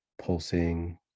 pulsing